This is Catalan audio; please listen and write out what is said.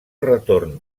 retorn